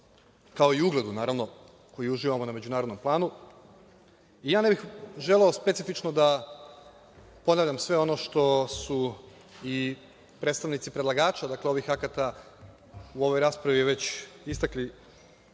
kao i ugledu, naravno, koji uživamo na međunarodnom planu. Ne bih želeo specifično da ponavljam sve ono što su i predstavnici predlagača ovih akata u ovoj raspravi već istakli,